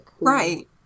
Right